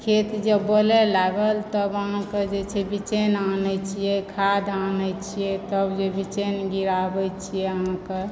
खेत जे बोले लागल तब अहाँकेँ जे छै बीचेने आनए छिऐ खाद्य आनए छिऐ तब जे बीज ने गिराबए छिऐ अहाँकेँ